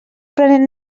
prenent